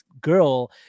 girl